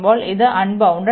ഇത് അൺബൌൺണ്ടഡാണ്